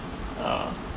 uh